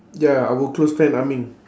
ya our close friend ah ming